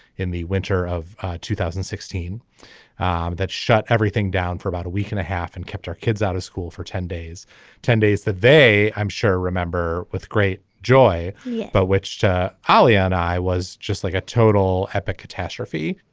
in the winter of two thousand and sixteen um that shut everything down for about a week and a half and kept our kids out of school for ten days ten days that day. i'm sure remember with great joy but which holly and i was just like a total epic catastrophe.